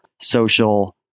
social